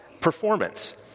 performance